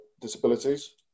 disabilities